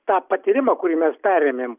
tą patyrimą kurį mes perėmėm